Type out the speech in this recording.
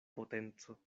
potenco